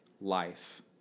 life